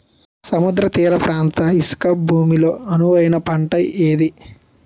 సముద్ర తీర ప్రాంత ఇసుక భూమి లో అనువైన పంట ఏది?